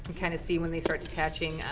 kind of see when they start detaching,